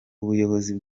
ubuyobozi